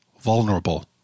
vulnerable